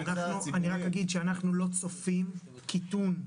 אני רק אגיד שאנחנו לא צופים קיטון,